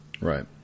right